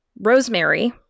Rosemary